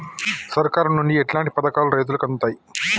సర్కారు నుండి ఎట్లాంటి పథకాలు రైతులకి అందుతయ్?